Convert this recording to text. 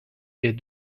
est